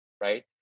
right